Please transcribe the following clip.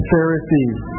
Pharisees